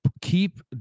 keep